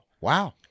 wow